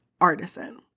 Artisan